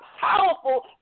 powerful